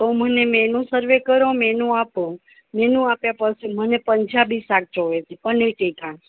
તો મને menu serve કરો મેનૂ આપો મેનૂ આપ્યા પછી મને પંજાબી શાક જોઈએ છે પનીર ટીકા